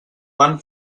van